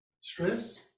Stress